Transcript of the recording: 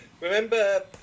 Remember